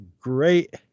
great